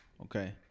Okay